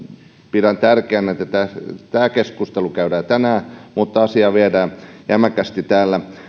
pidän tärkeänä että tämä keskustelu käydään tänään mutta asiaa viedään jämäkästi täällä